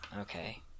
Okay